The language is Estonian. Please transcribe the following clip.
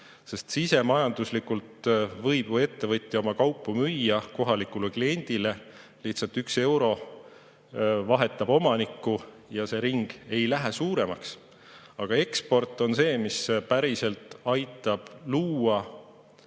Sisemajanduslikult võib ettevõtja oma kaupu ju müüa kohalikule kliendile: lihtsalt üks euro vahetab omanikku ja see ring ei lähe suuremaks. Aga eksport on see, mis päriselt aitab luua